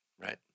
right